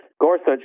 Gorsuch